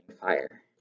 fire